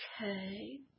Okay